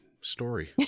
story